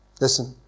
Listen